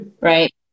right